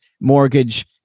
mortgage